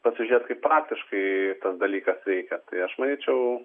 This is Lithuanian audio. pasižiūrėt kaip faktiškai tas dalykas veikia tai aš manyčiau